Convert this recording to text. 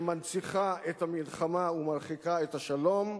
שמנציחה את המלחמה ומרחיקה את השלום,